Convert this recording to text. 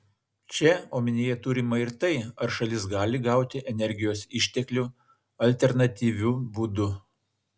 čia omenyje turima ir tai ar šalis gali gauti energijos išteklių alternatyviu būdu